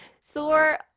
soar